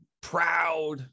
proud